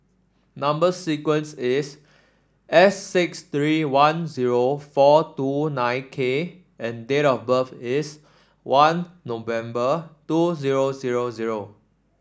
number sequence is S six three one zero four two nine K and date of birth is one November two zero zero zero